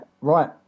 Right